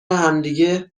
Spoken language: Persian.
همدیگه